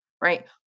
right